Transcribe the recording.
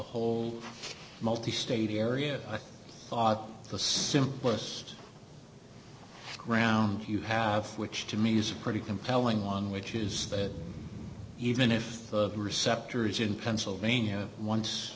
whole multi state area i thought the simplest ground you have which to me is pretty compelling on which is that even if the receptors in pennsylvania once